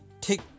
take